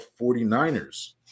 49ers